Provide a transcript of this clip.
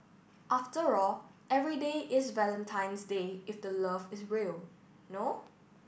after all every day is Valentine's Day if the love is real no